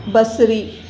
बसरी